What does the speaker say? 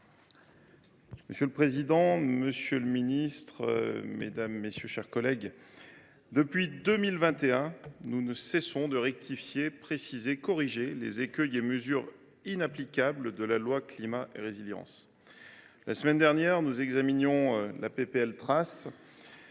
Monsieur le président, monsieur le ministre, mes chers collègues, depuis 2021, nous ne cessons de rectifier, de préciser et de corriger les écueils et mesures inapplicables de la loi Climat et Résilience. La semaine dernière, nous examinions la